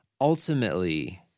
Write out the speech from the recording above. ultimately